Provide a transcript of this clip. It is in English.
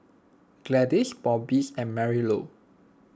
Gladyce Bobbies and Marilou